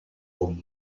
con